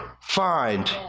find